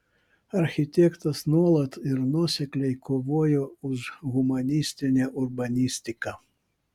architektas nuolat ir nuosekliai kovojo už humanistinę urbanistiką